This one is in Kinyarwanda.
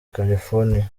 california